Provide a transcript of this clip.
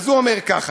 אז הוא אומר כך,